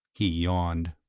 he yawned.